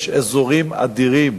יש אזורים אדירים